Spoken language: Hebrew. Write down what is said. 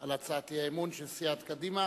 על הצעת האי-אמון של סיעת קדימה